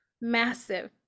massive